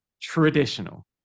traditional